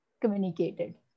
communicated